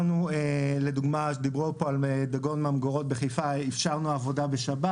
דיברו פה על דגון ממגורות בחיפה אפשרנו עבודה בשבת.